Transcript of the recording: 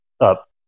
up